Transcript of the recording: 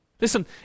Listen